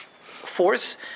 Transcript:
force